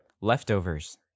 leftovers